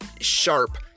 sharp